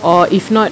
or if not